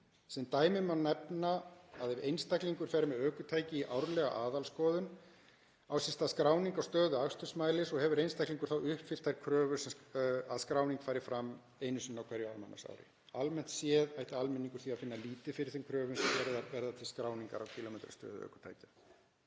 Sem dæmi má nefna að ef einstaklingur fer með ökutæki í árlega aðalskoðun á sér stað skráning á stöðu akstursmælis og hefur einstaklingur þá uppfyllt þær kröfur að skráning fari fram einu sinni á hverju almanaksári. Almennt séð ætti almenningur því að finna lítið fyrir þeim kröfum sem gerðar verða til skráningar á kílómetrastöðu ökutækja.